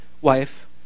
wife